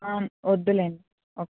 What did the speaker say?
వద్దులేండి ఓకే